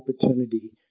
opportunity